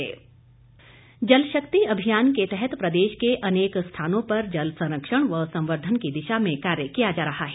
जल शक्ति जल शक्ति अभियान के तहत प्रदेश के अनेक स्थानों पर जल संरक्षण व संवर्धन की दिशा में कार्य किया जा रहा है